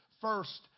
first